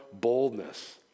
boldness